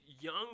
young